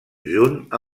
junt